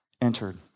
entered